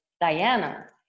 Diana